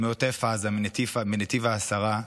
מעוטף עזה, מנתיב העשרה,